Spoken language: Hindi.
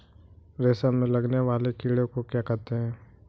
रेशम में लगने वाले कीड़े को क्या कहते हैं?